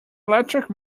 electric